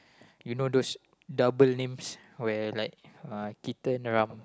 you know those double names where like uh Keaton